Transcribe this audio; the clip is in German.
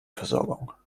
versorgung